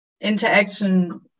interaction